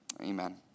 Amen